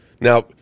Now